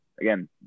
again